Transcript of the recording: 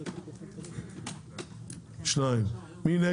מי נמנע?